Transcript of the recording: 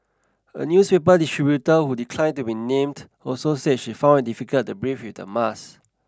a newspaper distributor who declined to be named also said she found it difficult to breathe with the mask